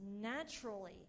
naturally